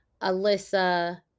Alyssa